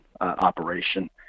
operation